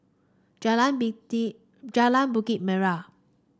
Jalan Bikit Jalan Bukit Merah